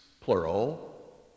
plural